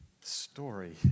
story